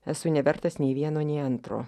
esu nevertas nei vieno nei antro